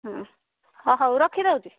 ହଁ ହଉ ରଖିଦେଉଛି